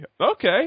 Okay